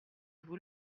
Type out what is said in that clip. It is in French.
vous